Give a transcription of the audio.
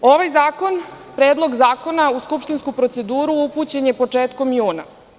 Ovaj Predlog zakona u skupštinsku proceduru upućen je početkom juna.